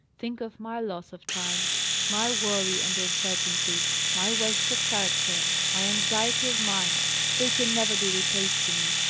think of my loss of time my worry and uncertainty my waste of character my anxiety of mind they can never be repaid to me.